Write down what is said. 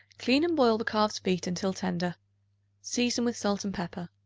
clean and boil the calf's feet until tender season with salt and pepper.